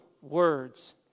words